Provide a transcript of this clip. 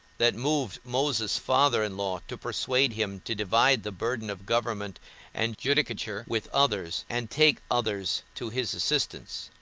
that moved moses's father-in-law to persuade him to divide the burden of government and judicature with others, and take others to his assistance,